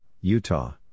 Utah